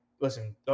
listen